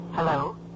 Hello